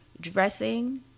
Dressing